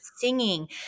Singing